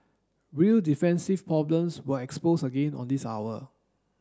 real defensive problems were exposed again on this hour